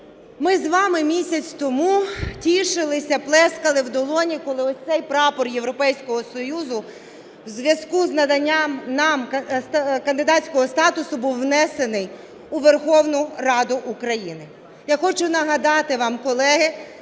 ми з вами місяць тому тішилися, плескали в долоні, коли ось цей прапор Європейського Союзу в зв'язку з наданням нам кандидатського статусу був внесений у Верховну Раду України. Я хочу нагадати вам, колеги,